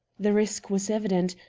the risk was evident,